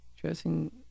dressing